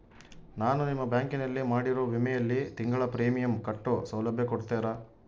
ನಾನು ನಿಮ್ಮ ಬ್ಯಾಂಕಿನಲ್ಲಿ ಮಾಡಿರೋ ವಿಮೆಯಲ್ಲಿ ತಿಂಗಳ ಪ್ರೇಮಿಯಂ ಕಟ್ಟೋ ಸೌಲಭ್ಯ ಕೊಡ್ತೇರಾ?